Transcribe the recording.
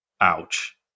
Ouch